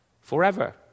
forever